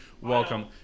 Welcome